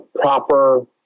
proper